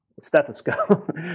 Stethoscope